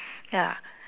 ya